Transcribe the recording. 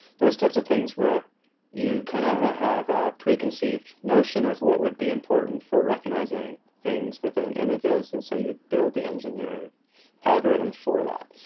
those types of things where you kind of have have a preconceived notion of what would be important for recognizing things within images, and so you build the engineer algorithm for that.